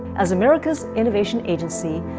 as america's innovation agency,